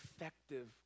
effective